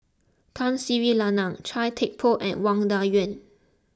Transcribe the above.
Tun Sri Lanang Chia Thye Poh and Wang Dayuan